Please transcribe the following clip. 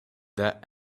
that